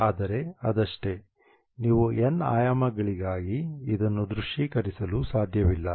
ಆದರೆ ಅದಷ್ಟೆ ನೀವು n ಆಯಾಮಗಳಿಗಾಗಿ ಇದನ್ನು ದೃಶ್ಯೀಕರಿಸಲು ಸಾಧ್ಯವಿಲ್ಲ